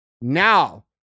Now